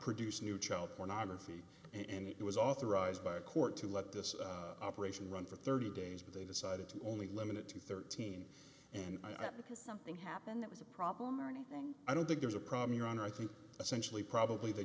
produce new child pornography and it was authorized by a court to let this operation run for thirty days but they decided to only limit it to thirteen and i because something happened that was a problem or anything i don't think there's a problem your honor i think essentially probably they